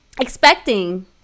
expecting